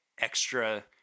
extra